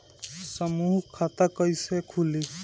समूह खाता कैसे खुली?